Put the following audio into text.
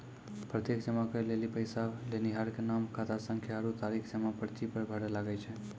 प्रत्यक्ष जमा करै लेली पैसा लेनिहार के नाम, खातासंख्या आरु तारीख जमा पर्ची पर भरै लागै छै